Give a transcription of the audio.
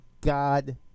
God